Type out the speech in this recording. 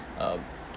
uh